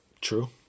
true